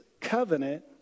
covenant